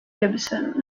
gibson